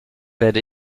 werde